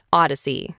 odyssey